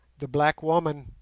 the black woman,